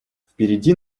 впереди